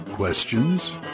Questions